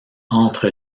entre